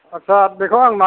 आच्चा बेखौ आं